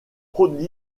aux